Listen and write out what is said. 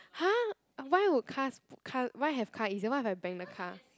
!huh! why would cars put car why have car easier [what] if I bang the car